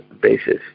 basis